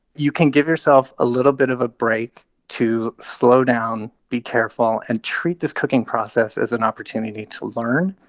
you can give yourself a little bit of a break to slow down, be careful and treat this cooking process as an opportunity to learn,